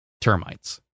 termites